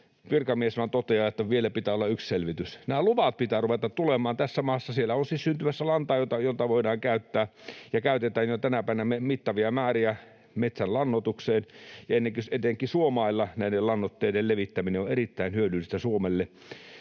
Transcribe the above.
virkamies vain toteaa, että vielä pitää olla yksi selvitys. Nämä luvat pitää ruveta tulemaan tässä maassa. Siellä on siis syntymässä lantaa, jota voidaan käyttää ja käytetään jo tänäpänä mittavia määriä metsän lannoitukseen. Etenkin suomailla näiden lannoitteiden levittäminen on erittäin hyödyllistä Suomelle,